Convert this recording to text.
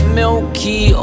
milky